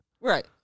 Right